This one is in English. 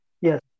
Yes